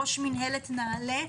ראש מנהלת נעל"ה,